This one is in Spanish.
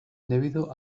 debido